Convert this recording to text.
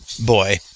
boy